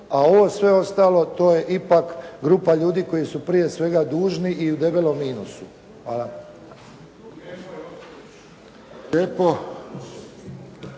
a ovo sve ostalo to je ipak grupa ljudi koji su prije svega dužni i u debelom minusu. Hvala.